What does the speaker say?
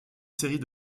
série